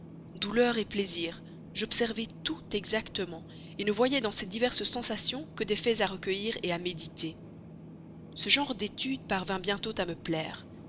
douleur plaisir j'observai tout exactement ne voyais dans ces diverses sensations que des faits à recueillir à méditer ce genre d'étude parvint bientôt à me plaire